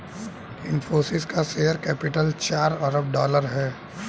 इनफ़ोसिस का share capital चार अरब डॉलर है